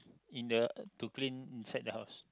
in the to clean inside the house